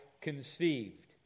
conceived